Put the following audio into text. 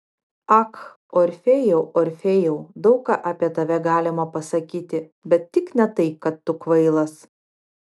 ak orfėjau orfėjau daug ką apie tave galima pasakyti bet tik ne tai kad tu kvailas